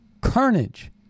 carnage